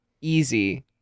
Easy